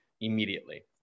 immediately